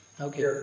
Okay